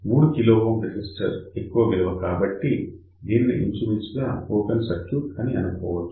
3 kΩ resistor ఎక్కువ విలువ కాబట్టి దీనిని ఇంచుమించుగా ఓపెన్ సర్క్యూట్ అనుకోవచ్చు